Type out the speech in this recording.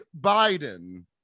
biden